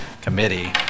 committee